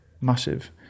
massive